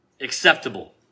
acceptable